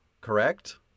correct